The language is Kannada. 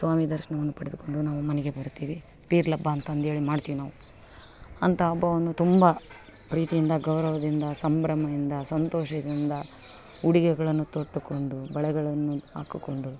ಸ್ವಾಮಿ ದರ್ಶನವನ್ನು ಪಡೆದುಕೊಂಡು ನಾವು ಮನೆಗೆ ಬರುತ್ತೇವೆ ಪೀರ್ಲ್ ಹಬ್ಬ ಅಂತಂದೇಳಿ ಮಾಡ್ತೀವಿ ನಾವು ಅಂತ ಹಬ್ಬವನ್ನು ತುಂಬ ಪ್ರೀತಿಯಿಂದ ಗೌರವದಿಂದ ಸಂಭ್ರಮದಿಂದ ಸಂತೋಷದಿಂದ ಉಡುಗೆಗಳನ್ನು ತೊಟ್ಟುಕೊಂಡು ಬಳೆಗಳನ್ನು ಹಾಕಿಕೊಂಡು